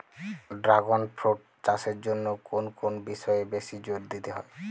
Dragon fruit চাষের জন্য কোন কোন বিষয়ে বেশি জোর দিতে হয়?